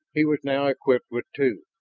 he was now equipped with two.